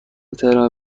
ترم